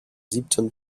siebten